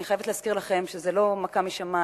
אני חייבת להזכיר לכם שזו לא מכה משמים,